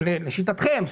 לשיטתכם,